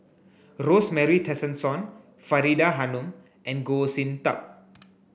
Rosemary Tessensohn Faridah Hanum and Goh Sin Tub